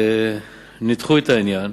ניתחו את העניין,